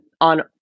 on